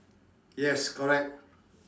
yes correct